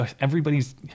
everybody's